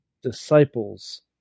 Disciples